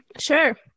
Sure